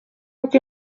uko